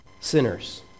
sinners